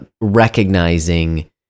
recognizing